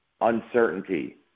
uncertainty